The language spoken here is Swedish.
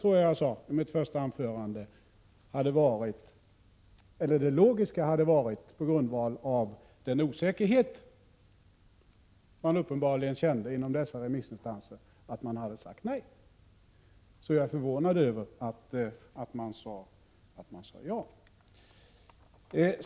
Som jag sade i mitt första anförande hade det logiska, med hänsyn till den osäkerhet som dessa remissinstanser uppenbarligen kände, varit att de hade sagt nej. Jag är därför förvånad över att de sade ja.